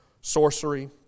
sorcery